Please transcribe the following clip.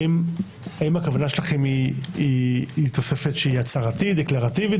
האם הכוונה שלכם היא תוספת שהיא הצהרתית דקלרטיבית